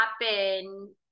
happen